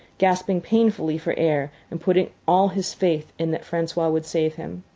gasping painfully for air and putting all his faith in that francois would save him.